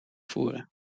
voeren